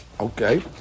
Okay